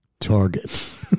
target